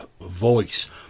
voice